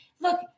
look-